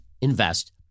invest